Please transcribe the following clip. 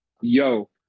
yo